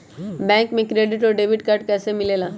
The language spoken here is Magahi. बैंक से क्रेडिट और डेबिट कार्ड कैसी मिलेला?